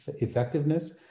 effectiveness